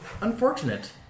Unfortunate